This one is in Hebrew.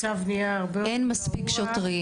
אין מספיק שוטרים.